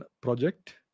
Project